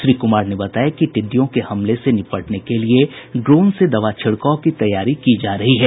श्री कुमार ने बताया कि टिड्डियों के हमले से निपटने के लिए ड्रोन से दवा छिड़काव की तैयारी की गयी है